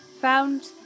found